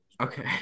okay